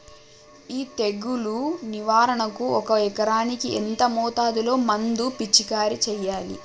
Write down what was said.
ఈ తెగులు నివారణకు ఒక ఎకరానికి ఎంత మోతాదులో మందు పిచికారీ చెయ్యాలే?